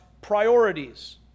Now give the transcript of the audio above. priorities